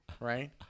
right